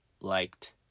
liked